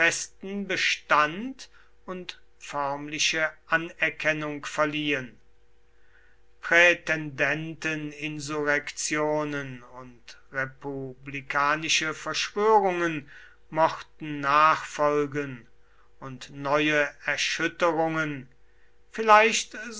bestand und förmliche anerkennung verliehen prätendenteninsurrektionen und republikanische verschwörungen mochten nachfolgen und neue erschütterungen vielleicht